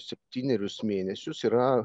septynerius mėnesius yra